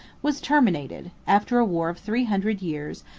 was terminated, after a war of three hundred years,